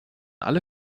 alle